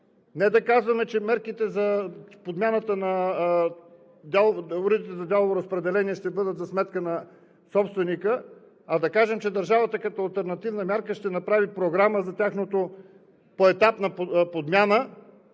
Не да казваме, че мерките за подмяната на уредите за дялово разпределение ще бъдат за сметка на собственика, а да кажем, че държавата като алтернативна мярка ще направи програма за тяхната поетапна подмяна